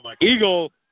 Eagle